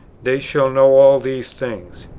they shall know all these things.